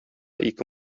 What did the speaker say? ике